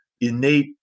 innate